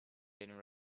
getting